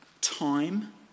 time